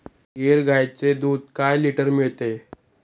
गीर गाईचे दूध काय लिटर मिळते?